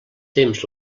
temps